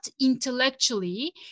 intellectually